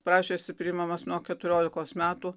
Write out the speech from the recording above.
prašėsi priimamas nuo keturiolikos metų